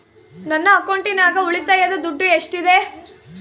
ನನ್ನ ಅಕೌಂಟಿನಾಗ ಉಳಿತಾಯದ ದುಡ್ಡು ಎಷ್ಟಿದೆ?